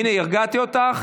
הינה, הרגעתי אותך?